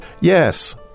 yes